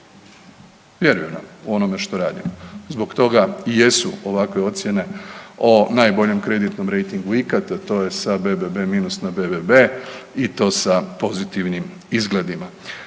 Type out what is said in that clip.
Vjeruju nam u onome što radimo. Zbog toga i jesu ovakve ocjene o najboljem kreditnom rejtingu ikad, a to je sad BBB- na BBB i to sa pozitivnim izgledima.